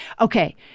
Okay